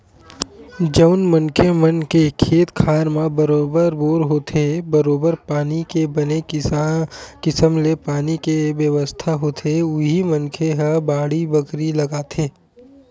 जउन मनखे मन के खेत खार म बरोबर बोर होथे बरोबर पानी के बने किसम ले पानी के बेवस्था होथे उही मनखे ह बाड़ी बखरी लगाथे